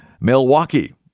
Milwaukee